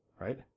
right